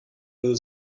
will